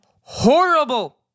horrible